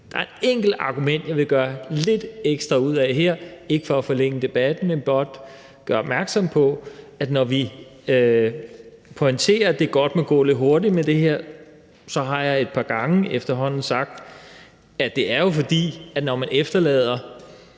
Der er et enkelt argument, jeg vil gøre lidt ekstra ud af her, ikke for at forlænge debatten, blot for at gøre opmærksom på, at når vi pointerer, at det godt må gå lidt hurtigt med det her, har jeg et par gange efterhånden sagt, at det jo er, fordi det, når man efterlader